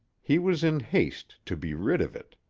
he was in haste to be rid of it.